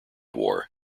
war